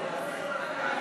התשע"ג 2013,